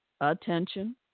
attention